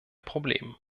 problem